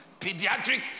Pediatric